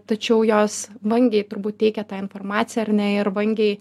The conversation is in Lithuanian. tačiau jos vangiai turbūt teikė tą informaciją ar ne ir vangiai